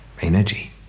energy